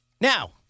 Now